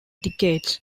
decades